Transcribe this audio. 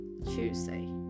Tuesday